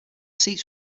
seats